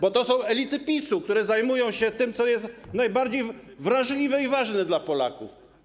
Bo to są elity PiS-u, które zajmują się tym, co jest najbardziej wrażliwe i ważne dla Polaków.